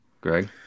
Greg